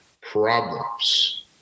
problems